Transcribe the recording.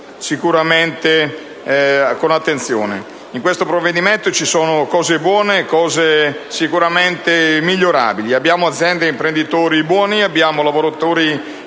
In questo provvedimento ci sono cose buone e cose sicuramente migliorabili. Abbiamo aziende e imprenditori buoni, abbiamo lavoratori in gamba: